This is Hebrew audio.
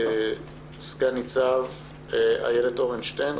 סגן ניצב איילת אורנשטיין,